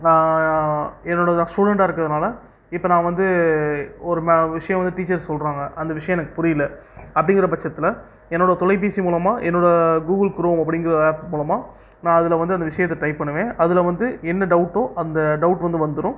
நான் என்னோட நான் ஸ்டூடண்ட்டா இருக்கறதுனால இப்ப நான் வந்து ஒரு ம விஷயம் வந்து டீச்சர் சொல்றாங்க அந்த விஷயம் எனக்கு புரியில அப்படிங்கிற பட்சத்துல என்னோட தொலைபேசி மூலமா என்னோட கூகுள் க்ரோம் அப்படிங்கிற ஆப் மூலமா நான் அதுல வந்து அந்த விஷயத்த டைப் பண்ணுவேன் அதுல வந்து என்ன டவுட்டோ அந்த டவுட் வந்து வந்துரும்